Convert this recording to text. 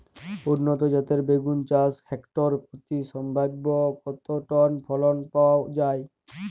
উন্নত জাতের বেগুন চাষে হেক্টর প্রতি সম্ভাব্য কত টন ফলন পাওয়া যায়?